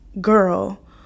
girl